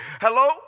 Hello